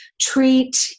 treat